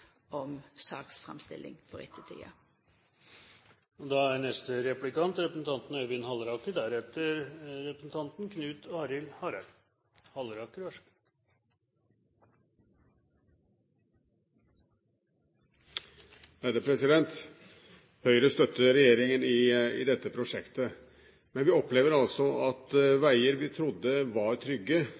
om saksframstillinga. Høyre støtter regjeringen i dette prosjektet, men vi opplever altså at veier vi trodde var trygge,